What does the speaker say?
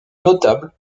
notables